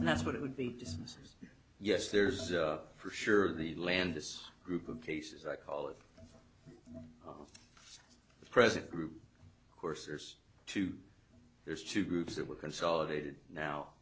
and that's what it would be so yes there's for sure the landis group of cases i call it the present group of course there's two there's two groups that were consolidated now